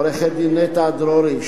עורכת-הדין נטע דרורי,